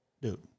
dude